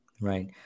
Right